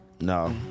No